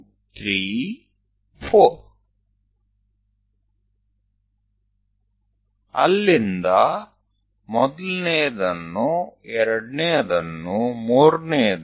તો ત્યાંથી લીટીઓ દોરો